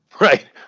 Right